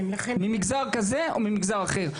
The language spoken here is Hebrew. ממגזר כזה או ממגזר אחר.